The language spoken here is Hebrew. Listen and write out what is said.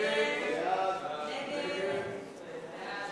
ההסתייגות הרביעית